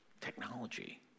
technology